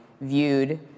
viewed